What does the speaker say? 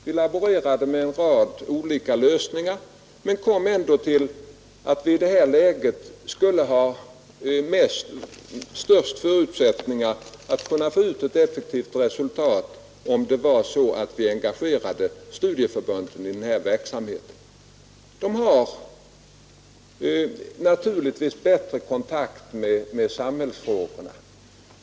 Vi laborerade med en rad olika lösningar men kom ändå fram till att vi i det här läget skulle ha de största förutsättningarna att få ett effektivt resultat om vi engagerade studieförbunden i denna verksamhet. De har naturligtvis bättre kontakt med samhällsfrågorna.